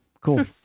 cool